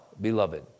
beloved